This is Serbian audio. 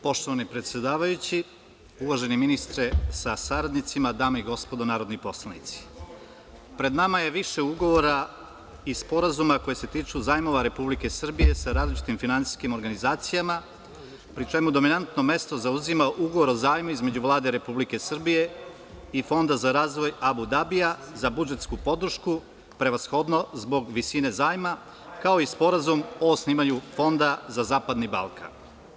Poštovani predsedavajući, uvaženi ministre sa saradnicima, dame i gospodo narodni poslanici, pred nama je više ugovora i sporazuma koji se tiču zajmova Republike Srbije sa različitim finansijskim organizacijama pri čemu dominantno mesto zauzima ugovor o zajmu između Vlade Republike Srbije i Fonda za razvoj Abu Dabija za budžetsku podršku prevashodno zbog visine zajma, kao i sporazum o osnivanju Fonda za zapadni Balkan.